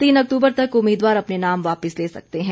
तीन अक्तूबर तक उम्मीदवार अपने नाम वापिस ले सकते हैं